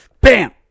bam